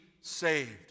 saved